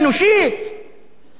זאת לא גישה דמוקרטית?